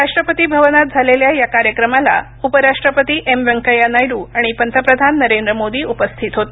राष्ट्रपती भवनात झालेल्या या कार्यक्रमाला उपराष्ट्रपती एम व्यंकय्या नायडू आणि पंतप्रधान नरेंद्र मोदी उपस्थित होते